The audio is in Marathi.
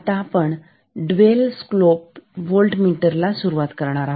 आता आपण डुएल स्लोप व्होल्टमीटर ला सुरुवात केली आहे